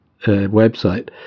website –